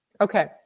Okay